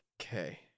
Okay